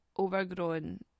overgrown